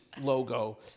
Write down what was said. logo